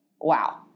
Wow